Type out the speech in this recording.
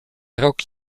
rok